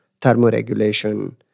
thermoregulation